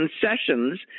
concessions